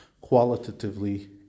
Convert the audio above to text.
qualitatively